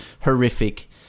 horrific